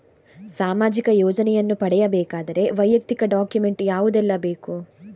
ಸಾಮಾಜಿಕ ಯೋಜನೆಯನ್ನು ಪಡೆಯಬೇಕಾದರೆ ವೈಯಕ್ತಿಕ ಡಾಕ್ಯುಮೆಂಟ್ ಯಾವುದೆಲ್ಲ ಬೇಕು?